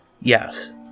Yes